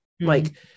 Like-